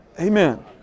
Amen